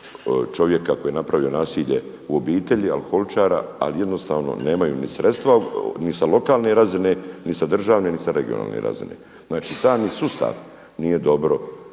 čovjeka koji je napravio nasilje u obitelji alkoholičara, ali jednostavno nemaju ni sredstva ni sa lokalne razine, ni sa državne, ni sa regionalne razine. Znači sami sustav nije dobro